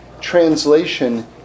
translation